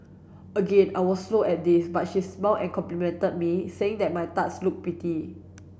again I was slow at this but she smiled and complimented me saying that my tarts looked pretty